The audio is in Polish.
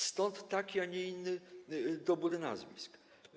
Stąd taki, a nie inny dobór nazwisk.